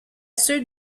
ceux